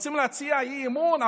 רוצים להציע אי-אמון,